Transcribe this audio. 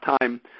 time